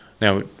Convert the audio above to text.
now